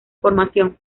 formación